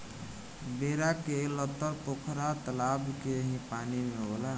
बेरा के लतर पोखरा तलाब के ही पानी में होला